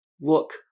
look